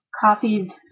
copied